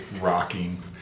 rocking